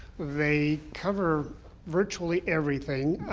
they cover virtually everything.